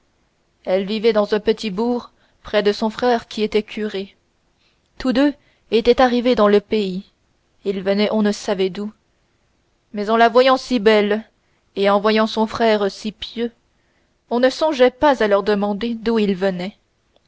elle vivait dans un petit bourg près de son frère qui était curé tous deux étaient arrivés dans le pays ils venaient on ne savait d'où mais en la voyant si belle et en voyant son frère si pieux on ne songeait pas à leur demander d'où ils venaient